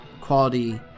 quality